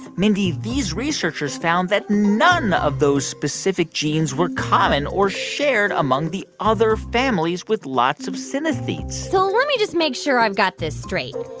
mindy, these researchers found that none of those specific genes were common or shared among the other families with lots of synesthetes so let me just make sure i've got this straight.